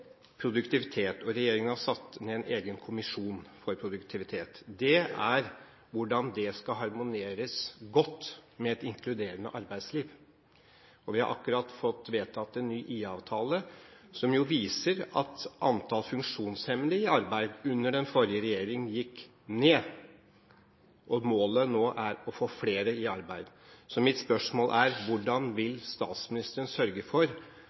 har satt ned en egen kommisjon for produktivitet. Det gjelder hvordan det skal harmoneres godt med et inkluderende arbeidsliv. Vi har akkurat fått vedtatt en ny IA-avtale, som jo viser at antall funksjonshemmede i arbeid under den forrige regjering gikk ned, og at målet nå er å få flere i arbeid. Mitt spørsmål er: Hvordan vil statsministeren sørge for